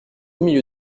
milieu